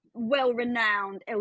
Well-renowned